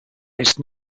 ist